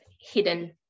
hidden